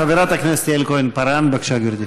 חברת הכנסת יעל כהן-פארן, בבקשה, גברתי.